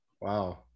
Wow